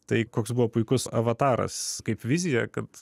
tai koks buvo puikus avataras kaip vizija kad